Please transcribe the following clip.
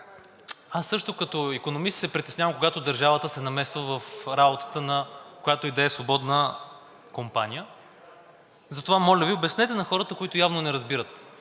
Аз също като икономист се притеснявам, когато държавата се намесва в работата на която и да е свободна компания. Затова, моля Ви, обяснете на хората, които явно не разбират,